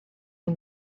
you